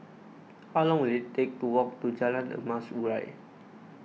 how long will it take to walk to Jalan Emas Urai